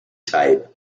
type